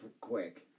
quick